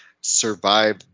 survive